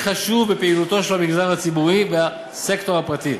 חשוב בפעילות המגזר הציבורי והסקטור הפרטי.